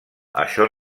això